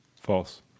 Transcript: False